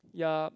ya